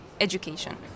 education